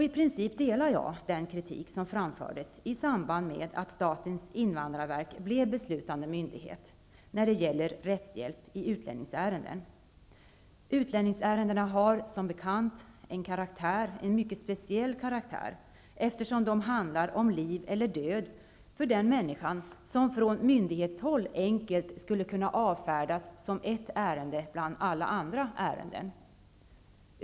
I princip delar jag den kritik som framfördes i samband med att statens invandrarverk blev beslutande myndighet när det gäller rättshjälp i utlänningsärenden. Utlänningsärendena har som bekant en mycket speciell karaktär, eftersom det handlar om liv eller död för den människa som från myndighetshåll enkelt skulle kunna avfärdas som ett ärende bland alla andra ärenden.